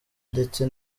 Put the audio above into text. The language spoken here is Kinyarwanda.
ndetse